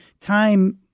time